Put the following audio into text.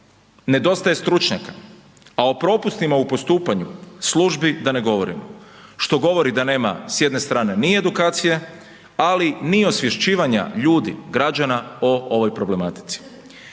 nedostaje stručnjaka, a o propustima u postupanju službi da ne govorimo, što govori da nema s jedne strane ni edukacije, ali ni osvješćivanja ljudi, građana o ovoj problematici.